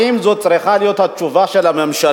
האם זאת צריכה להיות התשובה של הממשלה,